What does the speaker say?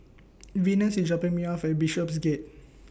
Venus IS dropping Me off At Bishopsgate